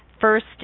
first